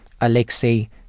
Alexei